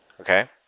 okay